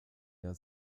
der